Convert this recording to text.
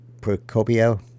procopio